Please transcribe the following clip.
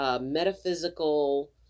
metaphysical